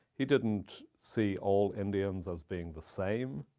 he didn't see all indians as being the same.